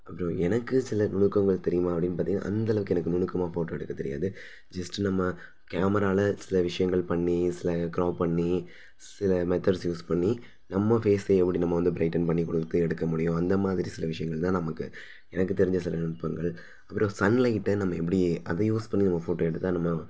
அப்புறோம் எனக்கு சில நுணுக்கங்கள் தெரியுமா அப்படின்னு பார்த்தீங்கன்னா அந்தளவுக்கு எனக்கு நுணுக்கமாக ஃபோட்டோ எடுக்க தெரியாது ஜஸ்ட்டு நம்ம கேமராவில் சில விஷயங்கள் பண்ணி சில க்ராப் பண்ணி சில மெத்தேட்ஸ் யூஸ் பண்ணி நம்ம ஃபேஸை எப்படி நம்ம வந்து ப்ரைட்டன் பண்ணிக் கொடுத்து எடுக்க முடியும் அந்த மாதிரி சில விஷயங்கள் தான் நமக்கு எனக்கு தெரிஞ்ச சில நுட்பங்கள் அப்புறம் சன் லைட்டை நம்ம எப்படி அதை யூஸ் பண்ணி நம்ம ஃபோட்டோ எடுத்தால் நம்ம